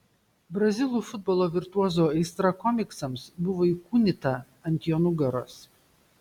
brazilų futbolo virtuozo aistra komiksams buvo įkūnyta ant jo nugaros